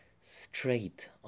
straight